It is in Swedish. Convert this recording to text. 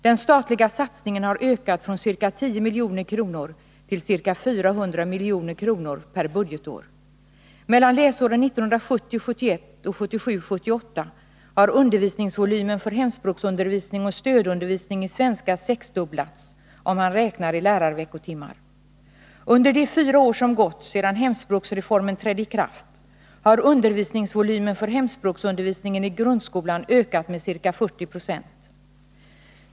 Den statliga satsningen har ökat från ca 10 milj.kr. till ca 400 milj.kr. per budgetår. Mellan läsåren 1970 78 har undervisningsvolymen för hemspråksundervisning och stödundervisning i svenska sexdubblats, om man räknar i lärarveckotimmar. Under de fyra år som gått sedan hemspråksreformen trädde i kraft har undervisningsvolymen för hemspråksundervisningen i grundskolan ökat med ca 40 26.